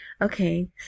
Okay